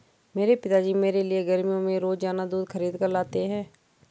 मेरे पिताजी मेरे लिए गर्मियों में रोजाना दूध खरीद कर लाते हैं